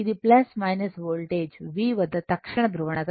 ఇది voltage V వద్ద తక్షణ ధ్రువణత